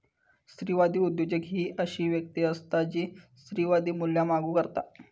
स्त्रीवादी उद्योजक ही अशी व्यक्ती असता जी स्त्रीवादी मूल्या लागू करता